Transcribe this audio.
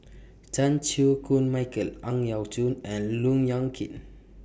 Chan Chew Koon Michael Ang Yau Choon and Look Yan Kit